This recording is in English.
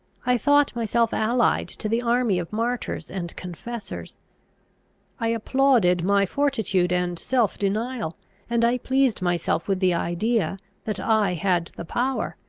i thought myself allied to the army of martyrs and confessors i applauded my fortitude and self-denial and i pleased myself with the idea, that i had the power,